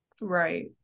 Right